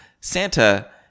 Santa